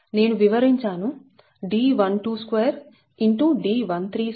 నేను వివరించానుD122